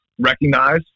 recognize